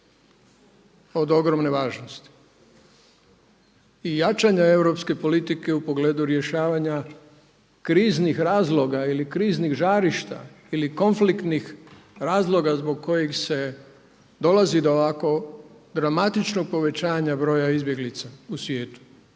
od ogromne važnosti. I jačanja europske politike u pogledu rješavanja kriznih razloga ili kriznih žarišta ili konfliktnih razloga zbog kojih dolazi do ovako dramatičnog povećanja broja izbjeglica u svijetu